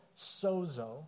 sozo